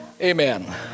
Amen